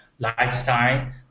lifestyle